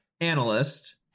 analyst